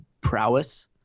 prowess